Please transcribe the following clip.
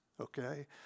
Okay